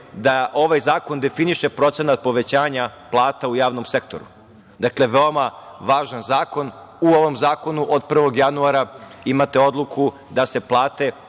da ovaj zakon definiše procenat povećanja plata u javnom sektoru. Dakle, veoma važan zakon. U ovom zakonu od 1. januara, imate odluku da se plate